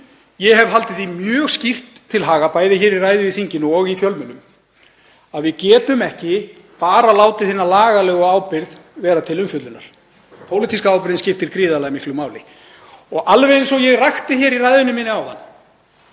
Ég hef haldið því mjög skýrt til haga, bæði í ræðu í þinginu og í fjölmiðlum, að við getum ekki bara látið hina lagalegu ábyrgð vera til umfjöllunar. Pólitíska ábyrgðin skiptir gríðarlega miklu máli. Alveg eins og ég rakti í ræðu minni áðan